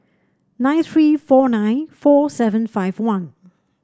nine three four nine four seven five one